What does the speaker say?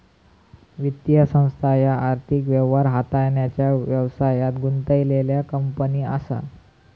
वित्तीय संस्था ह्या आर्थिक व्यवहार हाताळण्याचा व्यवसायात गुंतलेल्यो कंपनी असा